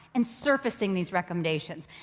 and surfacing these recommendation.